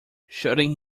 shutting